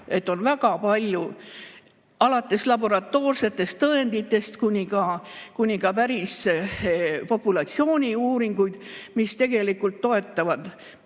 et on väga palju, alates laboratoorsetest tõenditest kuni päris populatsiooni uuringuteni, mis tegelikult toetavad